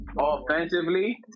Offensively